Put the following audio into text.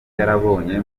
yarabonye